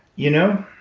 you know,